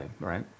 right